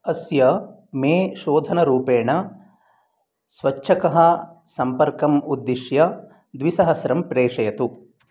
अस्य मे शोधनरुपेण स्वच्छकः सम्पर्कम् उद्दिश्य द्विसहस्रं प्रेषयतु